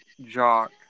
jock